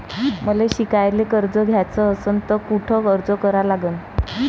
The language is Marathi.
मले शिकायले कर्ज घ्याच असन तर कुठ अर्ज करा लागन?